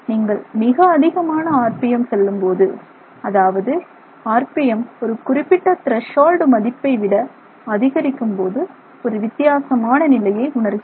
நீங்கள் மிக அதிகமான ஆர்பிஎம் செல்லும்போது அதாவது ஆர்பிஎம் ஒரு குறிப்பிட்ட திரேஷால்டு மதிப்பைவிட அதிகரிக்கும்போது ஒரு வித்தியாசமான நிலையை உணர்கிறோம்